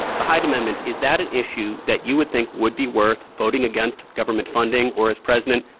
the hyde amendment is that an issue that you would think would be worth voting against government funding or, as president,